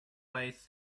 ways